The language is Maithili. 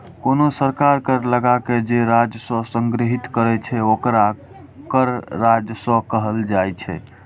कोनो सरकार कर लगाके जे राजस्व संग्रहीत करै छै, ओकरा कर राजस्व कहल जाइ छै